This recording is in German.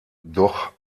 doch